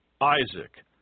Isaac